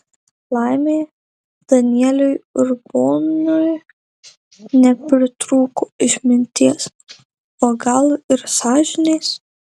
laimė danieliui urbonui nepritrūko išminties o gal ir sąžinės